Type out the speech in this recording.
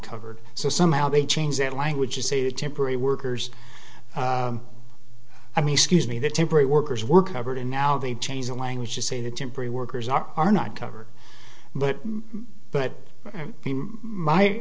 covered so somehow they changed their language to say that temporary workers i mean excuse me the temporary workers were covered and now they change the language to say that temporary workers are are not cover but but my